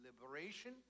liberation